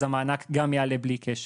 אז המענק גם יעלה בלי קשר.